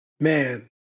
Man